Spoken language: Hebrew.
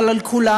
אבל על כולם.